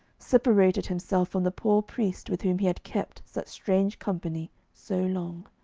separated himself from the poor priest with whom he had kept such strange company so long.